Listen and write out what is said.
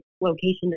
location